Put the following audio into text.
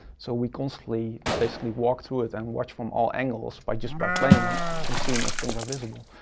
so, we constantly, basically, walked through it and watched from all angles by just by playing and seeing if things are visible.